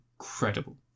incredible